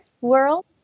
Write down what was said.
world